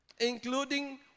including